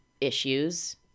issues